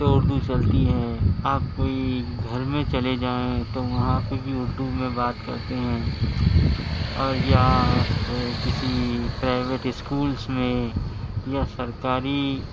تو اردو چلتی ہے آپ کوئی گھر میں چلے جائیں تو وہاں پہ بھی اردو میں بات کرتے ہیں اور یا آپ کسی پرائویٹ اسکولس میں یا سرکاری